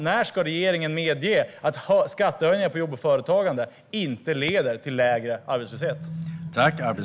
När ska regeringen medge att skattehöjningar på jobb och företagande inte leder till lägre arbetslöshet?